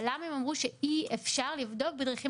אבל למה הם אמרו שאי אפשר לבדוק בדרכים